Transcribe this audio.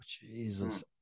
Jesus